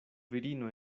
virino